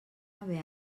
haver